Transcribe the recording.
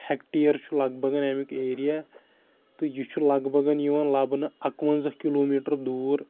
hectare چھُ لگ بگ اَمیُک ایریا تہٕ یہِ چھُ لگ بگ یِوان لَبنہٕ اَکہٕ وَنزاہ کِلومیٖٹر دوٗر